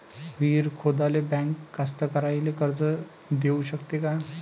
विहीर खोदाले बँक कास्तकाराइले कर्ज देऊ शकते का?